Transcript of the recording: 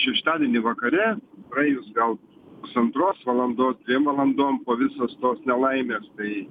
šeštadienį vakare praėjus gal pusantros valandos dviem valandom po visos tos nelaimės bei